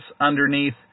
underneath